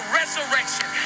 resurrection